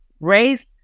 race